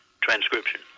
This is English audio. transcription